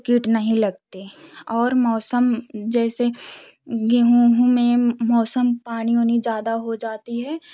तो कीट नहीं लगते और मौसम जैसे गेहूँ उहूँ में मौसम पानी उनी ज़्यादा हो जाती है तो